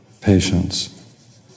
patience